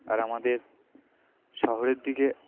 আর আমাদের শহরের দিকে